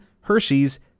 Hershey's